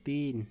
तीन